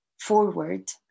forward